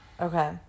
Okay